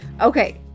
Okay